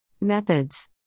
Methods